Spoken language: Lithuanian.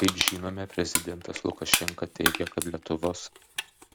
kaip žinome prezidentas lukašenka teigia kad lietuvos